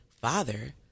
father